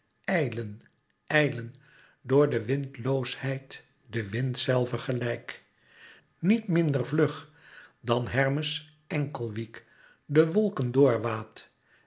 ijlen ijlen door de windloosheid de wind zelve gelijk niet minder vlug dan hermes enkelwiek de wolken